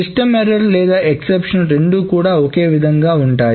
system error లేదా exception రెండూ కూడా ఒకే విధంగా ఉంటాయి